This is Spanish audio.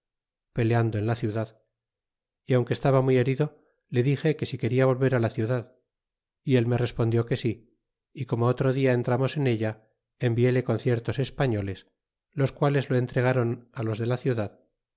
peleando en la ciudad y aunque estaba muy e herido le dixe que si piala volver á la ciudad y él me res pondió que si y como otro dia entramos en ella envicie con e ciertos españoles los quales lo entregaron á los de la ciudad